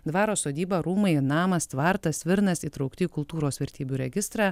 dvaro sodyba rūmai namas tvartas svirnas įtraukti kultūros vertybių registrą